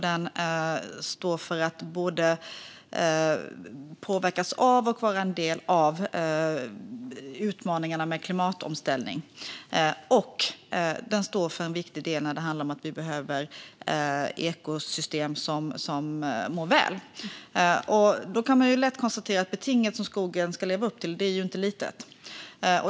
Den både påverkas och är en del av utmaningarna med klimatomställning, och den är en viktig del när det handlar om att vi behöver ekosystem som mår väl. Man kan lätt konstatera att betinget som skogen ska nå upp till inte är litet.